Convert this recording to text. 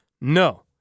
No